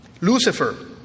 Lucifer